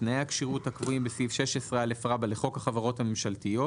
תנאי הכשירות הקבועים בסעיף 16א לחוק החברות הממשלתיות